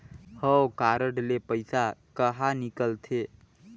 हव कारड ले पइसा कहा निकलथे?